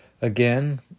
Again